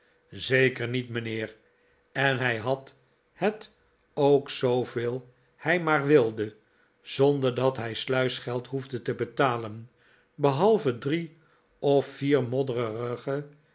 zeker niet mijnheer en hij had het ook zooveel hij maar wilde zonder dat hij sluisgeld hoefde te betalen behalve drie of vier modderige